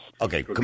Okay